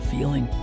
feeling